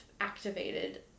activated